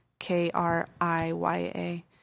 K-R-I-Y-A